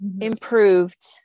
improved